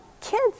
kids